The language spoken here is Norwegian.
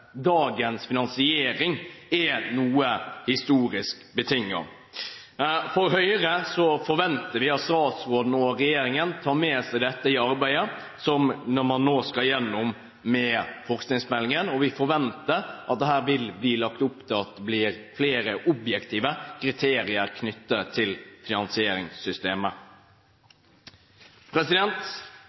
dagens finansiering er noe historisk betinget. Fra Høyres side forventer vi at statsråden og regjeringen tar med seg dette i arbeidet når man nå skal gå gjennom forskningsmeldingen, og vi forventer at det her vil bli lagt opp til at det blir flere objektive kriterier knyttet til finansieringssystemet.